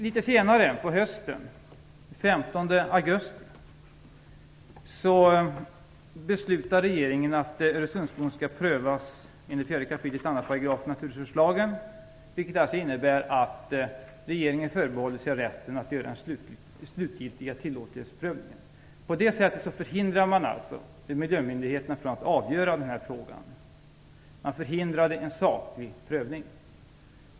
Litet senare på hösten - den 15 augusti - beslutade regeringen att Öresundsbron skulle prövas enligt 4 kap. 2 § i naturresurslagen, vilket innebar att regeringen förbehöll sig rätten att göra den slutgiltiga tillåtelseprövningen. På det sättet förhindrade man miljömyndigheterna att avgöra frågan. Man förhindrade en saklig prövning.